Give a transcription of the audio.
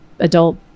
adult